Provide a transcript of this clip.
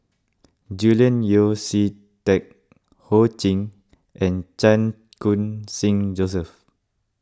Julian Yeo See Teck Ho Ching and Chan Khun Sing Joseph